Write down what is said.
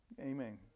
Amen